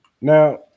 Now